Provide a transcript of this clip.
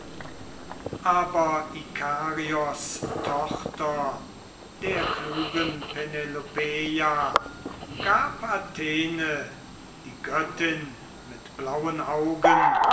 aber ikarios tochter der klugen penelopeia gab athene die göttin mit blauen augen